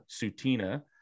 Sutina